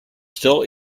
still